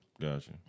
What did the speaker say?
Gotcha